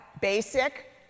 Basic